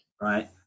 right